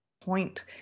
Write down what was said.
point